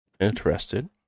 interested